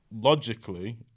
Logically